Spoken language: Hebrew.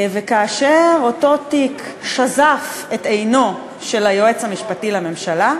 וכאשר את אותו תיק שזפה עינו של היועץ המשפטי לממשלה,